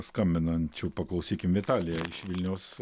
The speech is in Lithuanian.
skambinančių paklausykim vitalija iš vilniaus